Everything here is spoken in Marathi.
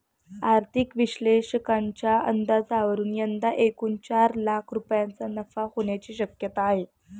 आर्थिक विश्लेषकांच्या अंदाजावरून यंदा एकूण चार लाख रुपयांचा नफा होण्याची शक्यता आहे